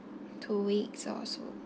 two weeks or so